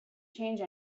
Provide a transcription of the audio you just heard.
change